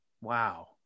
Wow